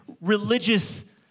religious